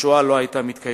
השואה לא היתה מתקיימת.